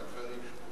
לא,